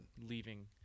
leaving